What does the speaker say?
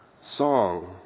Song